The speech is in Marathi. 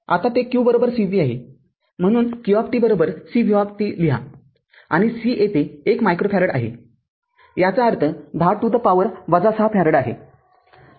आता ते q c v आहे म्हणून q cv लिहा आणि cयेथे १ मायक्रो फॅरड आहे याचा अर्थ १० to the power ६ फॅरड आहे